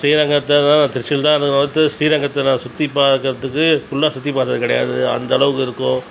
ஸ்ரீரங்கத்தை தான் நான் திருச்சில தான் இருக்கிறோம் தவிர்த்து ஸ்ரீரங்கத்தை நான் சுற்றிப் பார்க்கறதுக்கு ஃபுல்லாக சுற்றி பார்த்தது கிடையாது அந்தளவுக்கு இருக்கும்